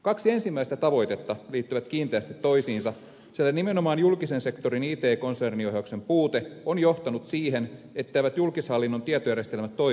kaksi ensimmäistä tavoitetta liittyvät kiinteästi toisiinsa sillä nimenomaan julkisen sektorin it konserniohjauksen puute on johtanut siihen etteivät julkishallinnon tietojärjestelmät toimi yhdessä